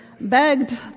begged